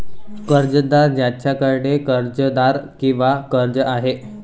कर्जदार ज्याच्याकडे कर्जदार किंवा कर्ज आहे